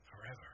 forever